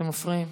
אתם מפריעים.